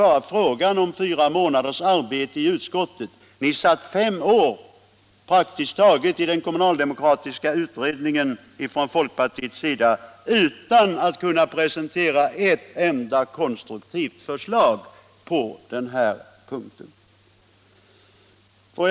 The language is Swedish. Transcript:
Och då avser jag inte bara fyra månaders arbete i utskottet utan de nära nog fem år som folkpartiet satt i den kommunaldemokratiska utredningen utan att presentera ett enda konstruktivt förslag på denna punkt.